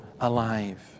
alive